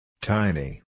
Tiny